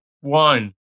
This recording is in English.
one